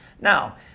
Now